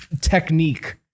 technique